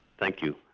thank you.